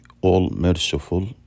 all-merciful